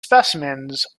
specimens